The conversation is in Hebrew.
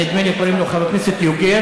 נדמה לי שקוראים לו חבר הכנסת יוגב,